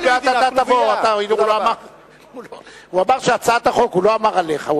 הוא אמר שהצעת החוק, הוא לא אמר עליך.